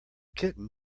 kitten